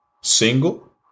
single